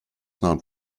not